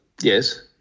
Yes